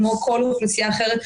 כמו כל אוכלוסייה אחרת,